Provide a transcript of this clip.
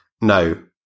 no